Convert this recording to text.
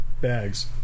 bags